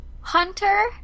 Hunter